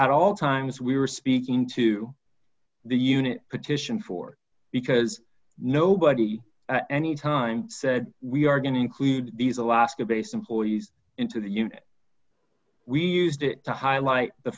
at all times we were speaking to the unit petition for because nobody at any time said we are going to include these alaska based employees into the unit we used to highlight the